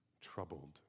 troubled